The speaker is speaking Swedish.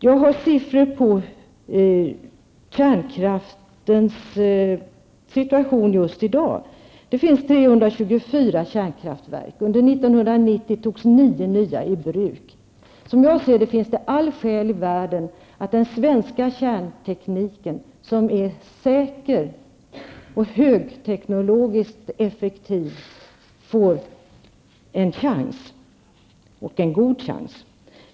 Jag har siffror som gäller kärnkraftens situation just i dag. Det finns 324 kärnkraftverk. Under 1990 togs nio nya i bruk. Som jag ser det finns det allt skäl vi världen att den svenska kärntekniken, som är säker och högteknologiskt effektiv, får en god chans.